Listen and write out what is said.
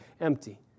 empty